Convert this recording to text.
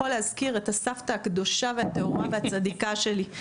להזכיר את הסבתא הקדושה והטהורה והצדיקה שלי,